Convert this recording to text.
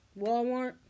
Walmart